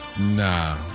Nah